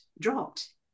dropped